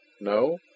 No